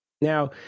Now